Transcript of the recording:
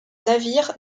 navire